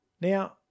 Now